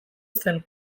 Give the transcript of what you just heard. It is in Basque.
zen